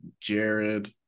Jared